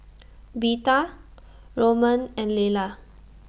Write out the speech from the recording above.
Birtha Roman and Layla